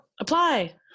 Apply